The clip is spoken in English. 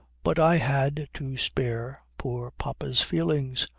but i had to spare poor papa's feelings.